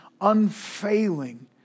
unfailing